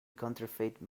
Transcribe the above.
counterfeit